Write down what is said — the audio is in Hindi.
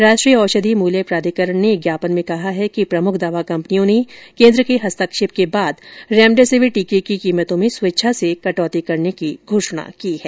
राष्ट्रीय औषधि मूल्य प्राधिकरण ने एक ज्ञापन में कहा है कि प्रमुख दवा कंपनियों ने केन्द्र के हस्तक्षेप के बाद रेमडेसिविर टीके की कीमतों में स्वेच्छा से कटौती करने की घोषणा की है